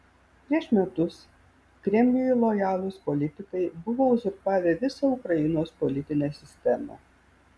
prieš metus kremliui lojalūs politikai buvo uzurpavę visą ukrainos politinę sistemą